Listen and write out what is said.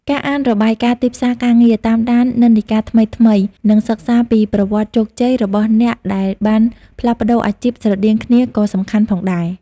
ការអានរបាយការណ៍ទីផ្សារការងារ តាមដាននិន្នាការថ្មីៗ និងសិក្សាពីប្រវត្តិជោគជ័យរបស់អ្នកដែលបានផ្លាស់ប្តូរអាជីពស្រដៀងគ្នាក៏សំខាន់ផងដែរ។